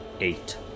eight